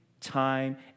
time